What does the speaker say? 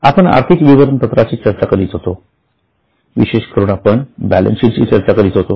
आपण आर्थिक विवरणपत्राची चर्चा करीत होतो विशेष करून आपण बॅलेन्सशीटची चर्चा करीत होतो